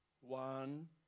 one